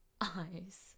Eyes